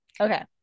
Okay